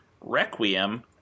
Requiem